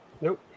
nope